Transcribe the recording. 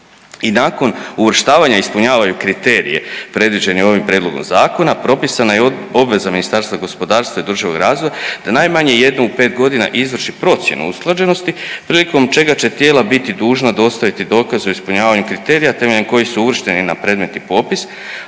i nakon uvrštavanja ispunjavaju kriterije predviđene ovim prijedlogom zakona propisana je obveza Ministarstva gospodarstva i održivog razvoja da najmanje jednom u 5 godina izvrši procjenu usklađenosti prilikom čega će tijela biti dužna dostaviti dokaze o ispunjavanju kriterija temeljem kojih su uvršteni na predmetni popis,